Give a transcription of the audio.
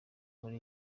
muri